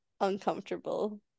uncomfortable